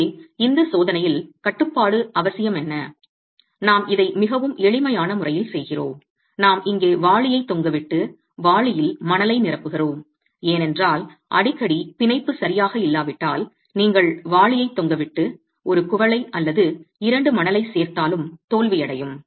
எனவே இந்த சோதனையில் கட்டுப்பாடு அவசியம் என்ன நாம் இதை மிகவும் எளிமையான முறையில் செய்கிறோம் நாம் இங்கே வாளியைத் தொங்கவிட்டு வாளியில் மணலை நிரப்புகிறோம் ஏனென்றால் அடிக்கடி பிணைப்பு சரியாக இல்லாவிட்டால் நீங்கள் வாளியைத் தொங்கவிட்டு ஒரு குவளை அல்லது இரண்டு மணலைச் சேர்த்தாலும் தோல்வியடையும்